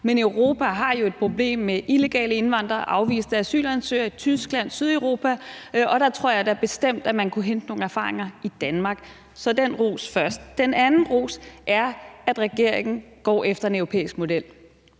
men Europa, der har et problem med illegale indvandrere og afviste asylansøgere i Tyskland og Sydeuropa, og der tror jeg da bestemt, at man kunne hente nogle erfaringer i Danmark. Så først skal der lyde den ros. Den anden ros er, at regeringen går efter en europæisk model.